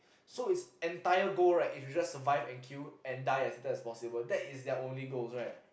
so its entire goal right is to just survive and kill and die as little as possible that is their own goals right